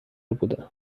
بودم